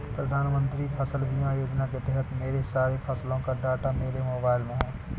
प्रधानमंत्री फसल बीमा योजना के तहत मेरे सारे फसलों का डाटा मेरे मोबाइल में है